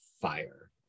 fire